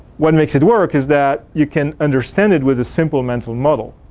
what makes it work is that you can understand it with a simple mental model.